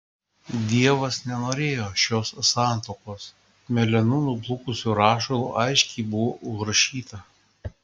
dievas nenorėjo šios santuokos mėlynu nublukusiu rašalu aiškiai buvo užrašyta